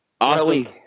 Awesome